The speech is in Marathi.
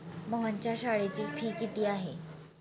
मोहनच्या शाळेची फी किती आहे?